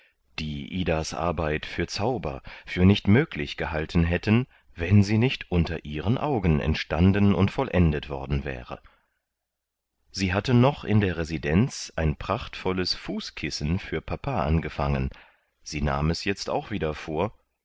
die idas arbeit für zauber für nicht möglich gehalten hätten wenn sie nicht unter ihren augen entstanden und vollendet worden wäre sie hatte noch in der residenz ein prachtvolles fußkissen für papa angefangen sie nahm es jetzt auch wieder vor